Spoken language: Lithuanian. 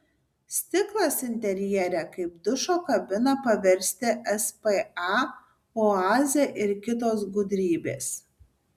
stiklas interjere kaip dušo kabiną paversti spa oaze ir kitos gudrybės